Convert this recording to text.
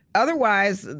otherwise,